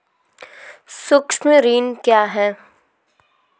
सुक्ष्म ऋण क्या हैं?